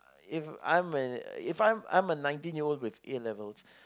if I'm a if I'm I'm a nineteen year old with A-levels